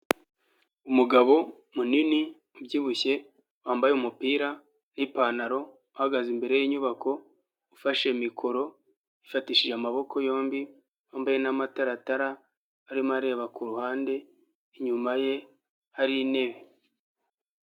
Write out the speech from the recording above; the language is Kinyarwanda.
Umugabo munini ubyibushye wambaye umupira n'ipantaro uhagaze imbere yinyubako, ufashe mikoro ifatishije amaboko yombi wambaye n'amataratara arimo areba kuru ruhande inyuma ye hari intebe.